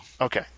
Okay